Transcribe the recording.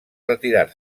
retirar